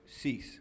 cease